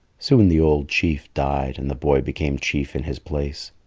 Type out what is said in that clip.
soon the old chief died, and the boy became chief in his place.